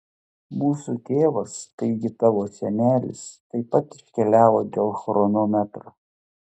mūsų tėvas taigi tavo senelis taip pat iškeliavo dėl chronometro